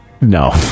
No